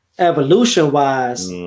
Evolution-wise